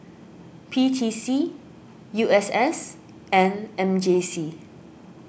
P T C U S S and M J C